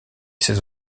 ses